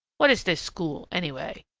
what is this school, anyway?